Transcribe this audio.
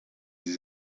sie